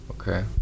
Okay